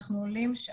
אנחנו עולים שם.